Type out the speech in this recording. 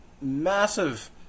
massive